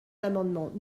l’amendement